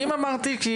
אם אמרתי,